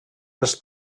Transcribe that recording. els